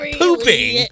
pooping